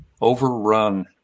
overrun